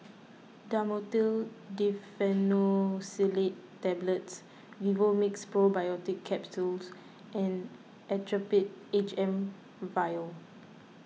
Dhamotil Diphenoxylate Tablets Vivomixx Probiotics Capsule and Actrapid H M Vial